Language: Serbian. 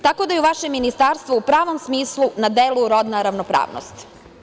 Tako da je vaše ministarstvo u pravom smislu na delu rodne ravnopravnosti.